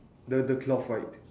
the the cloth right